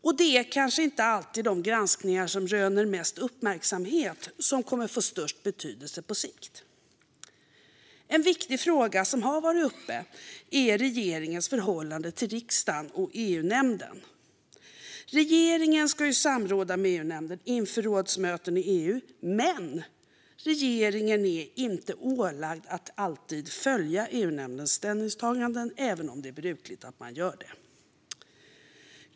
Och det är kanske inte de granskningar som röner mest uppmärksamhet som kommer att få störst betydelse på sikt. En viktig fråga som har varit uppe är regeringens förhållande till riksdagen och EU-nämnden. Regeringen ska samråda med EU-nämnden inför rådsmöten i EU. Men regeringen är inte ålagd att alltid följa EU-nämndens ställningstaganden, även om det är brukligt att man gör det.